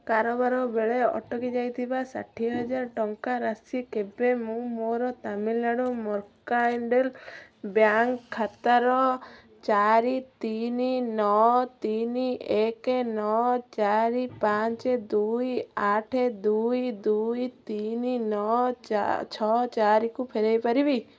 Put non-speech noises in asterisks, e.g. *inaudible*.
କାରବାର ବେଳେ ଅଟକି ଯାଇଥିବା ଷାଠିଏ ହଜାର ଟଙ୍କା ରାଶି କେବେ ମୁଁ ମୋର ତାମିଲ୍ନାଡ଼ୁ *unintelligible* ବ୍ୟାଙ୍କ୍ ଖାତାର ଚାରି ତିନି ନଅ ତିନି ଏକେ ନଅ ଚାରି ପାଞ୍ଚେ ଦୁଇ ଆଠେ ଦୁଇ ଦୁଇ ତିନି ନଅ ଛଅ ଚାରିକୁ ଫେରାଇପାରିବି